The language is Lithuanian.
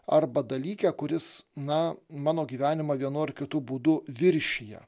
arba dalyke kuris na mano gyvenimą vienu ar kitu būdu viršija